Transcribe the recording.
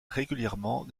régulièrement